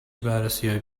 بررسیهای